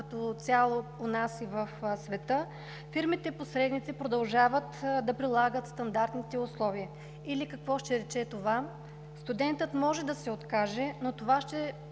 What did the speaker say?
като цяло, фирмите посредници продължават да прилагат стандартните условия. Какво ще рече това? Студентът може да се откаже, но това ще